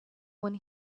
one